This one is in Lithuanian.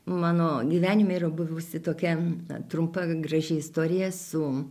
mano gyvenime yra buvusi tokia trumpa graži istorija su